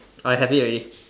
I have it already